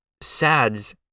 SADS